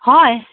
হয়